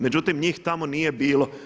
Međutim, njih tamo nije bilo.